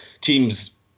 teams